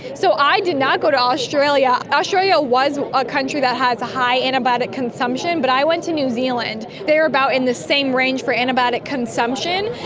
so i did not go to australia. australia was a country that has a high antibiotic consumption, but i went to new zealand, they were about in the same range for antibiotic consumption.